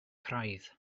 craidd